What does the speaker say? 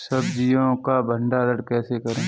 सब्जियों का भंडारण कैसे करें?